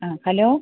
ആ ഹലോ